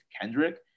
Kendrick